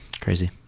Crazy